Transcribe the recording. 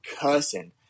cussing